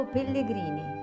Pellegrini